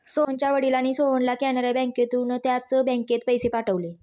सोहनच्या वडिलांनी सोहनला कॅनरा बँकेतून त्याच बँकेत पैसे पाठवले